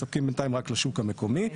אנחנו מספקים בינתיים רק לשוק המקומי.